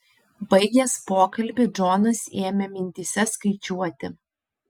baigęs pokalbį džonas ėmė mintyse skaičiuoti